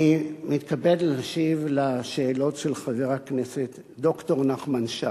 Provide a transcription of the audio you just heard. אני מתכבד להשיב על השאלות של חבר הכנסת ד"ר נחמן שי.